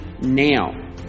now